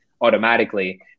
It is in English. automatically